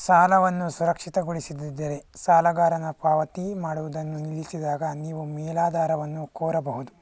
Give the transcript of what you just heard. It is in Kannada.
ಸಾಲವನ್ನು ಸುರಕ್ಷಿತಗೊಳಿಸಿದ್ದಿದ್ದರೆ ಸಾಲಗಾರನ ಪಾವತಿ ಮಾಡುವುದನ್ನು ನಿಲ್ಲಿಸಿದಾಗ ನೀವು ಮೇಲಾಧಾರವನ್ನು ಕೋರಬಹುದು